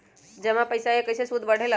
जमा पईसा के कइसे सूद बढे ला?